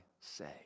say